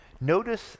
notice